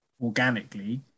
organically